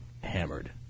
hammered